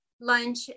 lunch